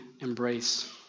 embrace